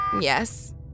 Yes